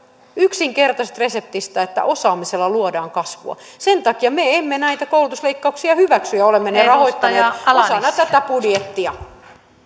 yksinkertaisesta reseptistä että osaamisella luodaan kasvua sen takia me emme näitä koulutusleikkauksia hyväksy ja olemme ne rahoittaneet osana tätä budjettia arvoisa